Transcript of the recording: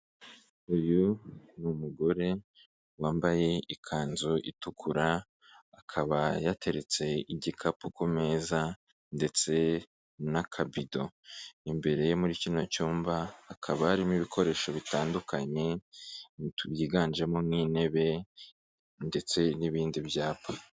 Uyu ni umugore wambaye ikanzu itukura, akaba yateretse igikapu ku meza ndetse n'akabido. Imbere ye muri kino cyumba, hakaba harimo ibikoresho bitandukanye byiganjemo nk'intebe ndetse n'ibindi byapa.